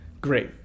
great